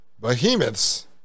behemoths